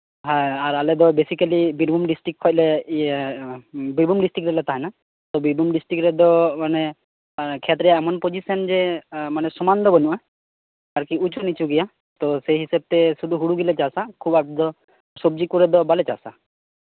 ᱦᱮᱸ ᱟᱨ ᱟᱞᱮᱫᱚ ᱵᱮᱥᱤᱠᱮᱞᱤ ᱵᱤᱨᱵᱷᱩᱢ ᱰᱤᱥᱴᱤᱠ ᱠᱷᱚᱡᱞᱮ ᱵᱤᱨᱵᱷᱩᱢ ᱰᱤᱥᱴᱤᱠ ᱨᱮᱞᱮ ᱛᱟᱦᱮᱱᱟ ᱵᱤᱨᱵᱷᱩᱢ ᱰᱤᱥᱴᱤᱠ ᱨᱮᱫᱚ ᱢᱟᱱᱮ ᱠᱷᱮᱛᱨᱮᱭᱟᱜ ᱮᱢᱚᱱ ᱯᱚᱡᱤᱥᱚᱱ ᱡᱮ ᱥᱚᱢᱟᱱ ᱫᱚ ᱵᱟᱹᱱᱩᱜ ᱟ ᱟᱨᱠᱤ ᱩᱪᱩᱱᱤᱪᱩᱜᱮᱭᱟ ᱛᱚ ᱥᱮᱭᱦᱤᱥᱟᱹᱵ ᱛᱮ ᱥᱩᱫᱷᱩ ᱦᱳᱲᱳᱜᱮᱞᱮ ᱪᱟᱥᱟ ᱠᱷᱩᱵ ᱟᱸᱴ ᱫᱚ ᱥᱚᱵᱡᱤ ᱠᱚᱫᱚ ᱵᱟᱞᱮ ᱪᱟᱥᱟ